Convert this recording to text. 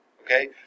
okay